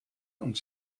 und